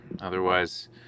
otherwise